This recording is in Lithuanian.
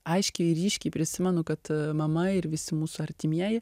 aiškiai ir ryškiai prisimenu kad mama ir visi mūsų artimieji